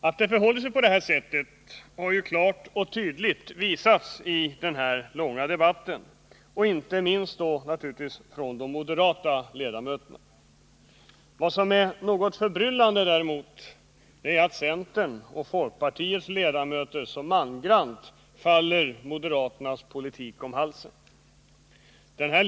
Att det förhåller sig på det sättet har klart och tydligt visats i denna långa debatt, naturligtvis inte minst av de moderata ledamöterna. Vad som däremot är något förbryllande är att centerns och folkpartiets ledamöter så mangrant faller moderaterna om halsen och följer deras politik.